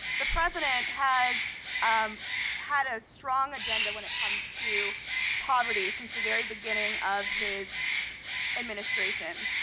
the president has had a strong agenda when it comes to poverty since the very beginning of his administration.